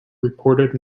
reported